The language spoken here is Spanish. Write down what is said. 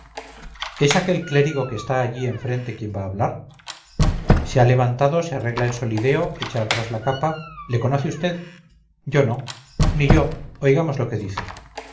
es aquel clérigo que está allí enfrente quien va a hablar se ha levantado se arregla el solideo echa atrás la capa le conoce usted yo no ni yo oigamos qué dice